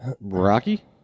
Rocky